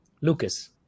lucas